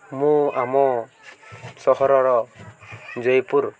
ମୁଁ ଆମ ସହରର ଜୟପୁର